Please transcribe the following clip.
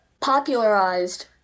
popularized